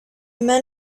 men